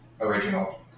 original